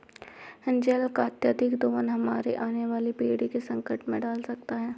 जल का अत्यधिक दोहन हमारे आने वाली पीढ़ी को संकट में डाल सकती है